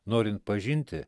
norint pažinti